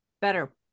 better